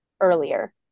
earlier